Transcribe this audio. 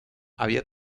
había